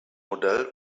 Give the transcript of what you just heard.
modell